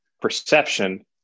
perception